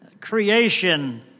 Creation